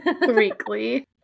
weekly